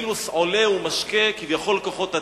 הנילוס עולה ומשקה, כביכול כוחות הטבע,